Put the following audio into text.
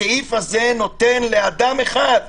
הסעיף הזה נותן לאדם אחד,